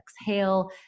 exhale